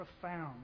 profound